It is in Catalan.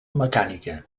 mecànica